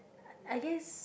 I guess